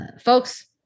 Folks